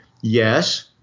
yes